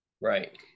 right